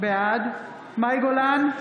בעד מאי גולן,